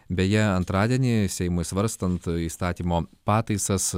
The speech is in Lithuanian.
beje antradienį seimui svarstant įstatymo pataisas